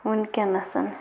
وٕنۍکٮ۪نَس